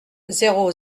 zéro